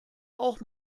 auch